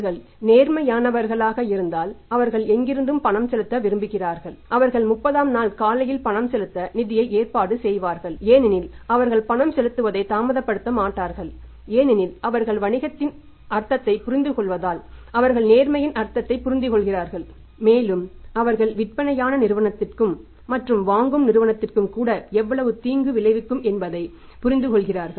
அவர்கள் நேர்மையானவர்களாக இருந்தால் அவர்கள் எங்கிருந்தும் பணம் செலுத்த விரும்புகிறார்கள் அவர்கள் 30 ஆம் நாள் காலையில் பணம் செலுத்த நிதியை ஏற்பாடு செய்வார்கள் ஏனெனில் அவர்கள் பணம் செலுத்துவதை தாமதப்படுத்த மாட்டார்கள் ஏனெனில் அவர்கள் வணிகத்தின் அர்த்தத்தை புரிந்துகொள்வதால் அவர்கள் நேர்மையின் அர்த்தத்தை புரிந்துகொள்கிறார்கள் மேலும் அவர்கள் விற்பனையான நிறுவனத்திற்கும் வாங்கும் நிறுவனத்திற்கும் கூட எவ்வளவு தீங்கு விளைவிக்கும் என்பதை புரிந்துகொள்கிறார்கள்